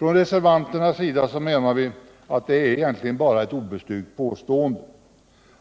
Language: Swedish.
Vi reservanter menar att detta bara är ett obestyrkt påstående.